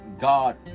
God